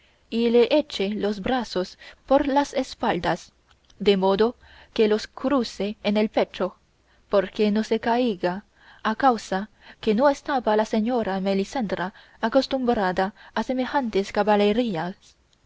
y le eche los brazos por las espaldas de modo que los cruce en el pecho porque no se caiga a causa que no estaba la señora melisendra acostumbrada a semejantes caballerías